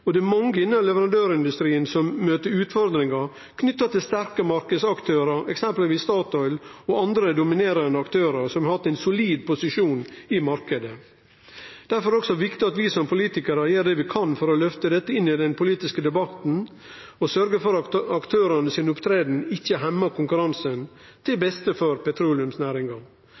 og det er mange i denne leverandørindustrien som møter utfordringar knytte til sterke marknadsaktørar, eksempelvis Statoil, og andre dominerande aktørar, som har hatt ein solid posisjon i marknaden. Difor er det også viktig at vi som politikarar gjer det vi kan for å løfte dette inn i den politiske debatten og sørgje for at aktørane si framferd ikkje hemjar konkurransen, til beste for petroleumsnæringa.